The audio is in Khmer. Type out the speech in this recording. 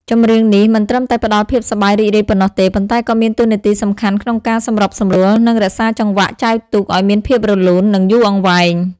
ចម្រៀងនេះមិនត្រឹមតែផ្តល់ភាពសប្បាយរីករាយប៉ុណ្ណោះទេ ប៉ុន្តែក៏មានតួនាទីសំខាន់ក្នុងការសម្របសម្រួល និងរក្សាចង្វាក់ចែវទូកឲ្យមានភាពរលូន និងយូរអង្វែង។